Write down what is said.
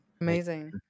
amazing